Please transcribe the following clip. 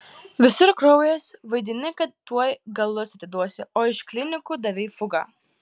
visur kraujas vaidini kad tuoj galus atiduosi o iš klinikų davei fugą